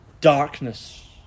Darkness